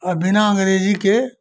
और बिना अँग्रेजी के